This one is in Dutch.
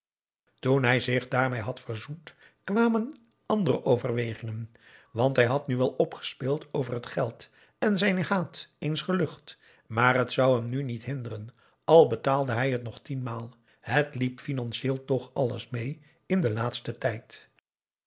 toen hij zich dààrmee had verzoend kwamen andere overwegingen want hij had nu wel opgespeeld over het geld en zijn haat eens gelucht maar het zou hem nu niet hinderen al betaalde hij het nog tienmaal het liep financieel toch alles mee in den laatsten tijd